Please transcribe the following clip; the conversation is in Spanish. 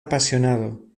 apasionado